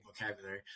vocabulary